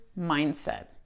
mindset